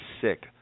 sick